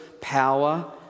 power